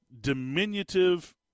diminutive